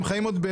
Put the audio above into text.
אתם חיים עוד,